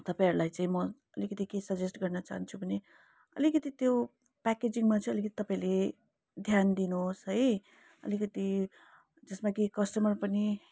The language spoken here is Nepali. तपाईँहरूलाई चाहिँ म अलिकति के सजेस्ट गर्न चाहन्छु भने अलिकति त्यो प्याकेजिङमा चाहिँ अलिकति तपाईँले ध्यान दिनुहोस् है अलिकति जसमा कि कस्टमर पनि